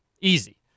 Easy